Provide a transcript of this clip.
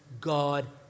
God